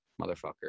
motherfucker